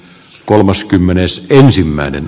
kolmaskymmenesensimmäinen